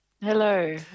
Hello